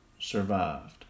survived